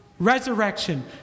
Resurrection